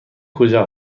کجا